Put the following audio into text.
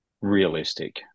realistic